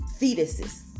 fetuses